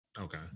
Okay